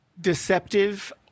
deceptive